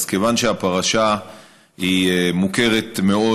אז כיוון שהפרשה מוכרת מאוד,